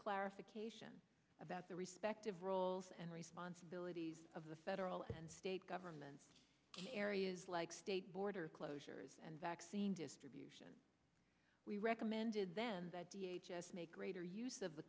clarification about the respective roles and responsibilities of the federal and state governments in areas like state border closures and vaccine distribution we recommended then make greater use of the